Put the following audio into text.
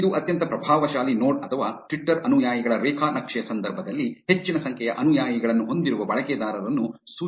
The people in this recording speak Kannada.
ಇದು ಅತ್ಯಂತ ಪ್ರಭಾವಶಾಲಿ ನೋಡ್ ಅಥವಾ ಟ್ವಿಟರ್ ಅನುಯಾಯಿಗಳ ರೇಖಾ ನಕ್ಷೆಯ ಸಂದರ್ಭದಲ್ಲಿ ಹೆಚ್ಚಿನ ಸಂಖ್ಯೆಯ ಅನುಯಾಯಿಗಳನ್ನು ಹೊಂದಿರುವ ಬಳಕೆದಾರರನ್ನು ಸೂಚಿಸುತ್ತದೆ